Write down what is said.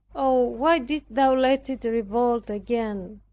oh, why didst thou let it revolt again?